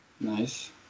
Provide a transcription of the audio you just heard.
Nice